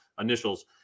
initials